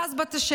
רז בת השבע,